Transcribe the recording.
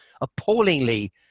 appallingly